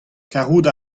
karout